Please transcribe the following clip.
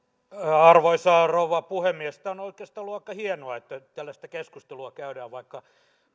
arvoisa rouva puhemies on oikeastaan ollut aika hienoa että tämmöistä keskustelua käydään vaikka